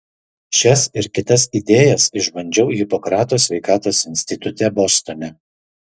šias ir kitas idėjas išbandžiau hipokrato sveikatos institute bostone